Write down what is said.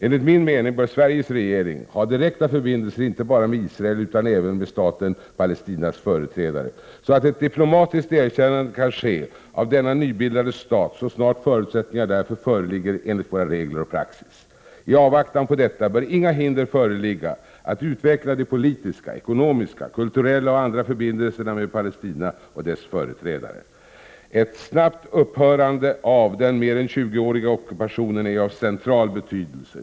Enligt min mening bör Sveriges regering ha direkta förbindelser inte bara med Israel utan även med staten Palestinas företrädare, så att ett diplomatiskt erkännande kan ske av denna nybildade stat så snart förutsättningar därför föreligger enligt våra regler och praxis. I avvaktan på detta bör inga hinder föreligga att utveckla politiska, ekonomiska, kulturella och andra förbindelser med Palestina och dess företrädare. Ett snabbt upphörande av den mer än 20-åriga ockupationen är av central betydelse.